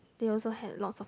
they also had lots of